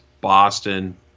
Boston